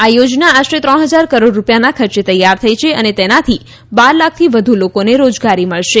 આ યોજના આશરે ત્રણ હજાર કરોડ રૂપિયાના ખર્ચે તૈયાર થઇ છે અને તેનાથી બાર લાખથી વધુ લોકોને રોજગારી મળી